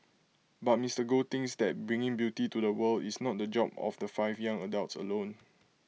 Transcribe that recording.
but Mister Goh thinks that bringing beauty to the world is not the job of the five young adults alone